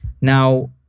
Now